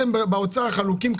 אתם באוצר חלוקים,